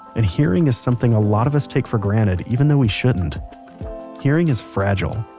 and hearing is something a lot of us take for granted even though we shouldn't hearing is fragile.